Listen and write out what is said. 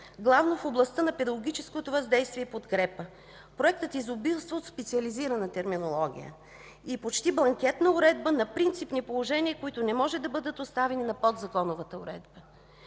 главно в областта на педагогическото въздействие и подкрепа. Законопроектът изобилства от специализирана терминология и почти бланкетна уредба на принципни положения, които не може да бъдат оставени на подзаконовата уредба.